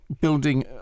building